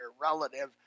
relative